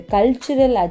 Cultural